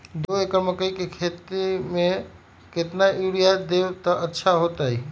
दो एकड़ मकई के खेती म केतना यूरिया देब त अच्छा होतई?